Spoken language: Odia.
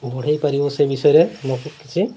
ବଢ଼ାଇ ପାରିବ ସେ ବିଷୟରେ କିଛି